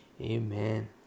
amen